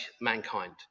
mankind